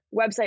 website